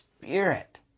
Spirit